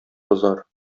бозар